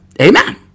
Amen